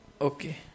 Okay